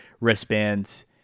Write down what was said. wristbands